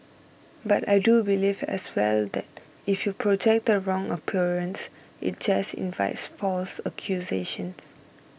but I do believe as well that if you project the wrong appearance it just invites false accusations